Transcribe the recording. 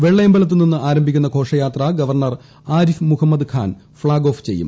വെള്ളയമ്പലത്തു നിന്ന് ആരംഭിക്കുന്ന ഘോഷയാത്ര governor Arif Mohammad Khan flag off ചെയ്യും